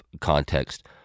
context